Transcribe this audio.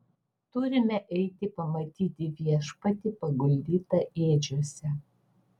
turime eiti pamatyti viešpatį paguldytą ėdžiose